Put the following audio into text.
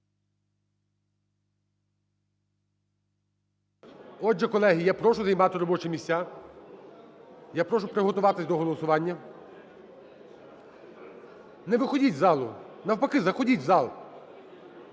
Отже, колеги, я прошу займати робочі місця. Я прошу приготуватись до голосування. Не виходіть з залу, навпаки заходіть в зал.